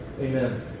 Amen